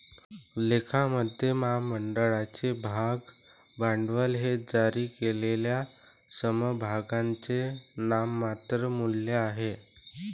लेखामध्ये, महामंडळाचे भाग भांडवल हे जारी केलेल्या समभागांचे नाममात्र मूल्य आहे